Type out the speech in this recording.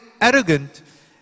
arrogant